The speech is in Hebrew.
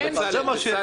צו אלוף.